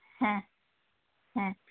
ᱦᱮᱸ ᱦᱮᱸ